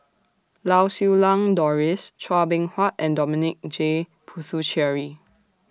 Lau Siew Lang Doris Chua Beng Huat and Dominic J Puthucheary